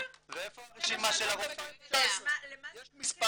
בשנת 2019. יש מספר